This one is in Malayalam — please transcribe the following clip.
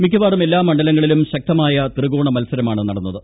മിക്കവാറും എല്ലാ മണ്ഡലങ്ങളിലും ശക്തമായ ത്രികോണ മത്സരമാണ് നടന്നത്